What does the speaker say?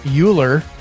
Euler